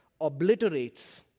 obliterates